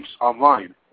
online